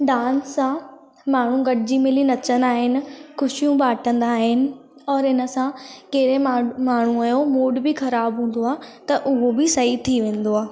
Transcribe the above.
dance सां माण्हू गॾिजी मिली नचंदा आहिनि ख़ुशियूं बाटंदा आहिनि और इन सां कहिड़े माण्हूअ जो मूड बि ख़राब हूंदो आहे त उहो बि सही थी वेंदो आहे